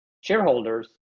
shareholders